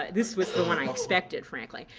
this was the one i expected, frankly.